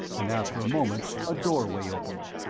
and after a moment a doorway opened.